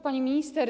Pani Minister!